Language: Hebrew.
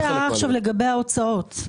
זאת הערה לגבי ההוצאות.